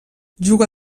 juga